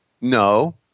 No